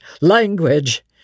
language